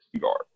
guard